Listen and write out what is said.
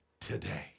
today